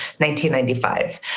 1995